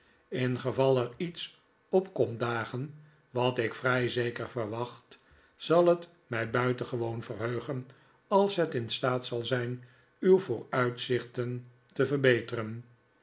ingenomen ingeval er iets op komt dagen wat ik vrij zeker verwacht zal het mij buitengewoon verheugen als het in staat zal zijn uw vooruitzichten te verbeteren